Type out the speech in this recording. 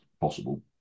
possible